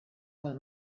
pel